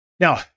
Now